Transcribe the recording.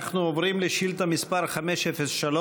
אנחנו עוברים לשאילתה מס' 503,